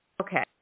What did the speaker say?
okay